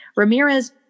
Ramirez